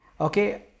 okay